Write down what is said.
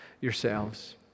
yourselves